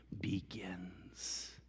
begins